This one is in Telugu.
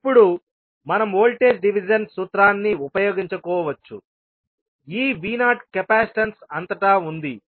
ఇప్పుడు మనం వోల్టేజ్ డివిజన్ సూత్రాన్ని ఉపయోగించుకోవచ్చుఈ V0కెపాసిటెన్స్ అంతటా ఉంది